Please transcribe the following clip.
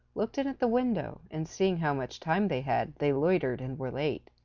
looked in at the window, and, seeing how much time they had they loitered and were late.